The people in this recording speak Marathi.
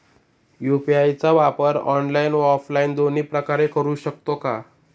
यू.पी.आय चा वापर ऑनलाईन व ऑफलाईन दोन्ही प्रकारे करु शकतो का?